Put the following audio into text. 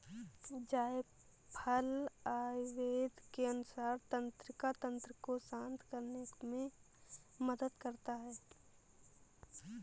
जायफल आयुर्वेद के अनुसार तंत्रिका तंत्र को शांत करने में मदद करता है